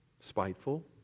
Spiteful